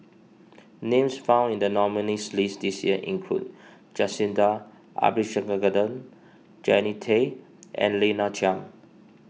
names found in the nominees' list this year include Jacintha Jannie Tay and Lina Chiam